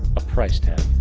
a price tag.